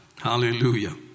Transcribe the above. Hallelujah